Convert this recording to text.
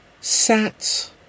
sat